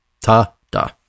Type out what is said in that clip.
Ta-da